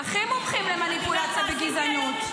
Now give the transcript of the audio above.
הכי מומחים למניפולציות וגזענות.